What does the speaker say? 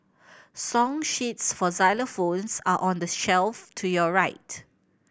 song sheets for xylophones are on the shelf to your right